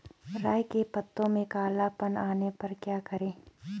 राई के पत्तों में काला पन आने पर क्या करें?